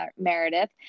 Meredith